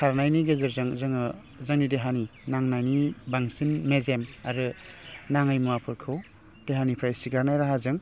खारनायनि गेजेरजों जोङो जोंनि देहानि नांनायनि बांसिन मेजेम आरो नाङै मुवाफोरखौ देहानिफ्राय सिगारनाय राहाजों